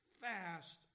Fast